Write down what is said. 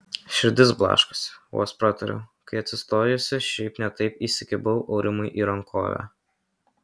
širdis blaškosi vos pratariau kai atsistojusi šiaip ne taip įsikibau aurimui į rankovę